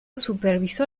supervisó